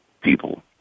people